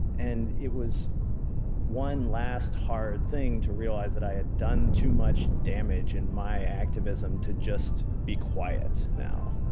and it was one last hard thing to realize that i had done too much damage in my activism to just be quiet now